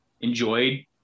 enjoyed